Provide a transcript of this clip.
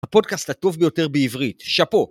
הפודקאסט הטוב ביותר בעברית, שאפו.